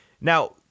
Now